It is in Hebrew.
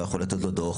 לא יכול לתת לו דוח,